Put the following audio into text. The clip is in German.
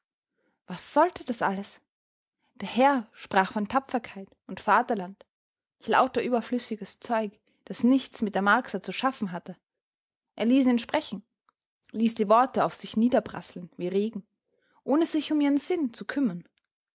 was sollte das alles der herr sprach von tapferkeit und vaterland lauter überflüssiges zeug das nichts mit der marcsa zu schaffen hatte er ließ ihn sprechen ließ die worte auf sich niederprasseln wie regen ohne sich um ihren sinn zu kümmern